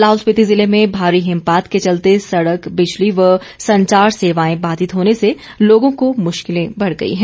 लाहौल स्पिति जिले में भारी हिमपात के चलते सड़क बिजली व संचार सेवाएं बाधित होने से लोगों की मुश्किलें बढ़ गई हैं